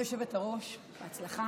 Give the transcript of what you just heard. כבוד היושבת-ראש, בהצלחה.